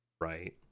right